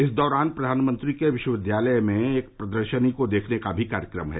इस दौरान प्रधानमंत्री के विश्वविद्यालय में एक प्रदर्शनी को देखने का भी कार्यक्रम है